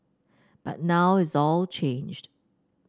but now it's all changed